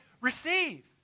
receive